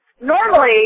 Normally